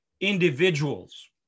individuals